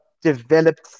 developed